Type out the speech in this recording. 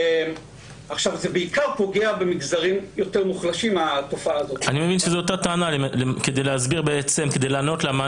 זה בעיקר פוגע במגזרים יותר מוחלשים --- כדי לענות לטענה